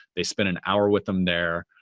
they spend an hour with them there,